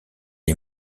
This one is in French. est